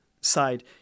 side